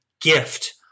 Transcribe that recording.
gift